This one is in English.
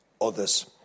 others